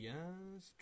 Yes